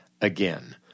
again